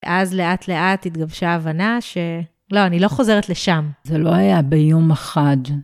ואז לאט לאט התגבשה הבנה שלא, אני לא חוזרת לשם. זה לא היה ביום אחד.